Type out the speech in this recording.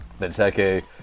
Benteke